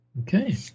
Okay